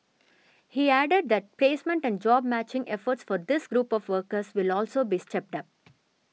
he added that placement and job matching efforts for this group of workers will also be stepped up